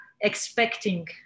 expecting